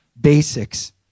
basics